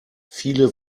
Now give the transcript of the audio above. viele